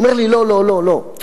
הוא אומר לי: לא, לא, לא.